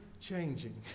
changing